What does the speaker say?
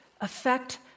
affect